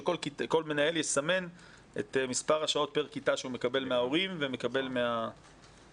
שכל מנהל יסמן את מספר השעות פר כיתה שהוא מקבל מההורים ומקבל מהמערכת.